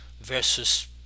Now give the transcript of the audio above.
versus